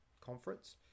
conference